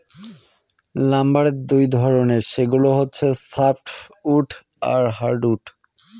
লাম্বারের দুই ধরনের, সেগুলা হচ্ছে সফ্টউড আর হার্ডউড